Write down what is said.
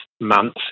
months